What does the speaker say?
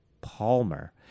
Palmer